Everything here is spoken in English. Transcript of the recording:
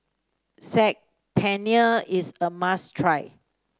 Saag Paneer is a must try